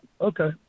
okay